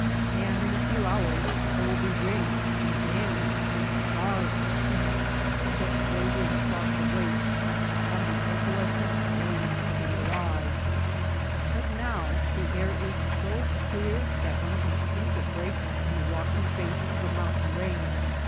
and in a few hours there will be rings and bands and scarves of heat set wavering across the waste upon the opalescent wings of the mirage but now the air is so clear that one can see the breaks in the rocky face of the mountain range,